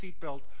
seatbelt